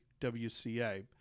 WCA